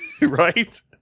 Right